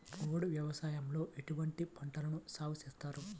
పోడు వ్యవసాయంలో ఎటువంటి పంటలను సాగుచేస్తారు?